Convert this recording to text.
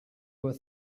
were